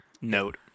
note